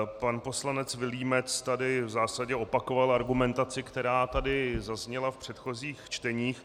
Pan poslanec Vilímec tady v zásadě opakoval argumentaci, která tady zazněla v předchozích čteních.